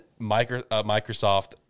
Microsoft